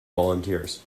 volunteers